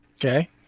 Okay